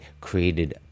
created